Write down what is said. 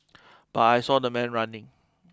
but I saw the man running